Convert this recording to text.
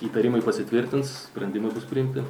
įtarimai pasitvirtins sprendimai bus priimti